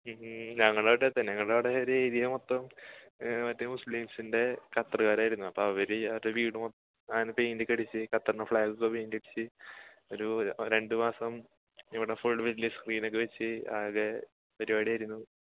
ഞങ്ങൾ അവിടെ അടുത്തുതന്നെ ഞങ്ങളുടെ അവിടെ ഒരു ഏരിയ മൊത്തം മറ്റേ മുസ്ലീമ്സിൻറെ ഖത്തറുക്കാരായിരുന്നു അപ്പോൾ അവർ അവരുടെ വീട് അങ്ങനെ പെയിന്റൊക്കെ അടിച്ച് ഖത്തറിന്റെ ഫ്ലാഗൊക്കെ പെയിന്റ് അടിച്ച് ഒരു രണ്ടു മാസം ഇവിടെ ഫുൾ വലിയ സ്ക്രീനൊക്കെ വച്ച് അകെ പരിപാടിയായിരുന്നു